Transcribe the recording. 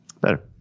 Better